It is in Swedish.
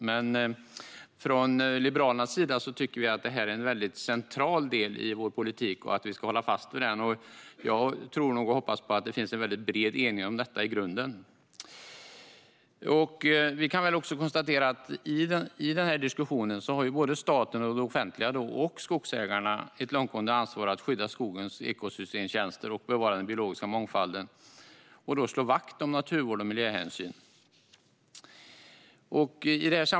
Men för oss liberaler är de en central del i vår politik, och vi ska hålla fast vid dem. Jag tror och hoppas på att det i grunden finns en bred enighet om detta. Både staten och skogsägarna har ett långtgående ansvar att skydda skogens ekosystemtjänster, bevara den biologiska mångfalden och slå vakt om naturvård och miljöhänsyn.